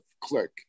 click